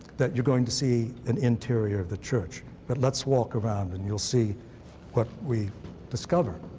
that you're going to see an interior of the church. but let's walk around, and you'll see what we discovered.